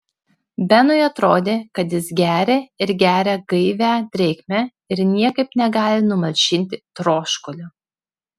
benui atrodė kad jis geria ir geria gaivią drėgmę ir niekaip negali numalšinti troškulio